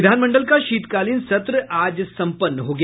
विधानमंडल का शीतकालीन सत्र आज सम्पन्न हो गया